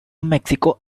mexico